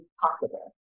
possible